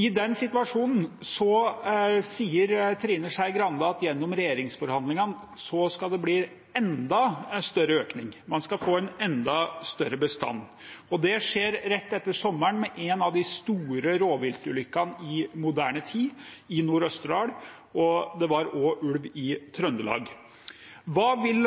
I den situasjonen sier Trine Skei Grande at gjennom regjeringsforhandlingene skal det bli en enda større økning, man skal få en enda større bestand – og det skjer rett etter sommeren, med en av de store rovviltulykkene i moderne tid, i Nord-Østerdal, og det var også ulv i Trøndelag. Hva vil